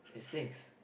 it stinks